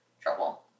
trouble